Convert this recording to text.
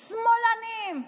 "שמאלנים",